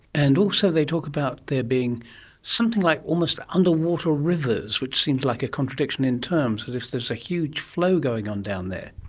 and also they talk about there being something like almost underwater rivers, which seems like a contradiction in terms, as but if there is a huge flow going on down there.